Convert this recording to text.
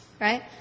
Right